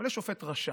אבל יש שופט רשע,